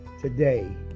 today